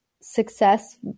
success